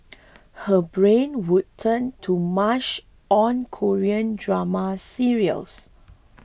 her brain would turn to mush on Korean drama serials